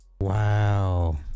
Wow